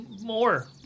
more